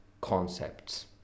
concepts